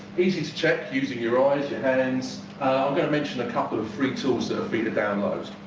easy to check using your eyes, your hands. i'm going to mention a couple of free tools that are free to download,